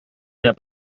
der